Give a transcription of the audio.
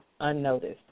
unnoticed